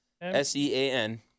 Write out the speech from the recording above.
S-E-A-N